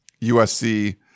USC